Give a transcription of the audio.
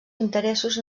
interessos